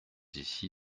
ici